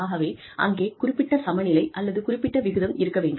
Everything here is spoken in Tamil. ஆகவே அங்கே குறிப்பிட்ட சமநிலை அல்லது குறிப்பிட்ட விகிதம் இருக்க வேண்டும்